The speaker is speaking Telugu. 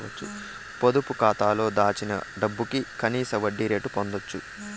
పొదుపు కాతాలో దాచిన డబ్బుకు కనీస వడ్డీ రేటు పొందచ్చు